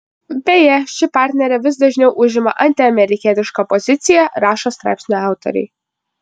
beje ši partnerė vis dažniau užima antiamerikietišką poziciją rašo straipsnių autoriai